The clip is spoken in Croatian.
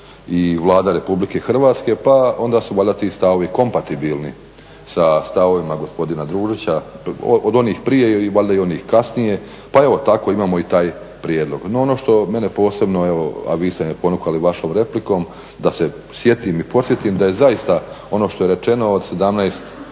i Vlada Republike Hrvatske, pa onda su valjda ti stavovi kompatibilni sa stavovima gospodina Družića od onih prije i valjda onih kasnije, pa evo tako imamo i taj prijedlog. No, ono što mene posebno evo, a vi ste me ponukali vašom replikom da se sjetim i podsjetim da je zaista ono što je rečeno od 17